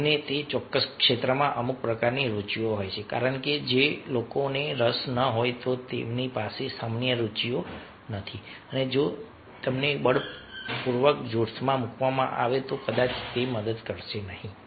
જેમને તે ચોક્કસ ક્ષેત્રમાં અમુક પ્રકારની રુચિઓ હોય છે કારણ કે જો લોકોને રસ ન હોય તો તેમની પાસે સામાન્ય રુચિઓ નથી અને જો તેમને બળપૂર્વક જૂથમાં મૂકવામાં આવે તો કદાચ તે મદદ કરશે નહીં